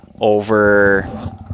over